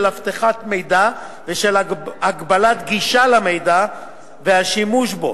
אבטחת מידע ושל הגבלת גישה למידע והשימוש בו.